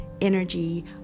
energy